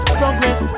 progress